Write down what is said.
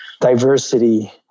diversity